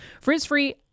Frizz-free